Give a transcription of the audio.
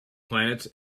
planets